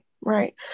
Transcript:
right